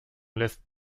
lässt